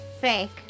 Fake